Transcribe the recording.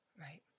Right